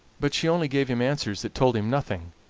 but she only gave him answers that told him nothing.